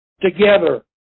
together